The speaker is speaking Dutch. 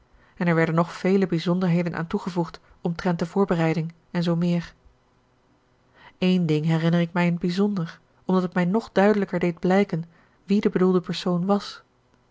en er werden nog vele bijzonderheden aan toegevoegd omtrent de voorbereiding en zoo meer een ding herinner ik mij in t bijzonder omdat het mij nog duidelijker deed blijken wie de bedoelde persoon was